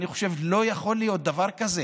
אני חושב שלא יכול להיות דבר כזה.